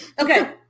Okay